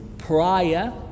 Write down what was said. Prior